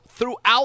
throughout